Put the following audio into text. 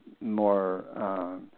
more